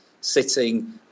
sitting